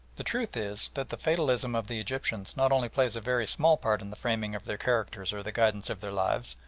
the truth is that the fatalism of the egyptians not only plays a very small part in the framing of their characters or the guidance of their lives,